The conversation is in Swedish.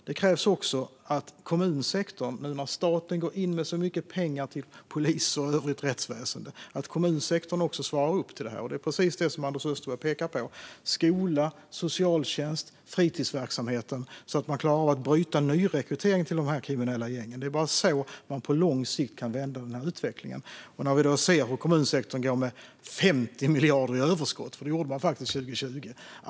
Det krävs också att kommunsektorn, nu när staten går in med så mycket pengar till polis och övrigt rättsväsen, svarar upp till det med precis det som Anders Österberg pekar på - skola, socialtjänst och fritidsverksamhet - så att man klarar av att bryta nyrekryteringen till de kriminella gängen. Det är bara så man på lång sikt kan vända utvecklingen. Vi ser att kommunsektorn går med 50 miljarder i överskott. Det gjorde man faktiskt 2020.